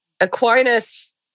Aquinas